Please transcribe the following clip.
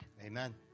Amen